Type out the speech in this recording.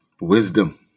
wisdom